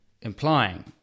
implying